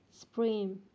spring